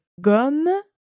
gomme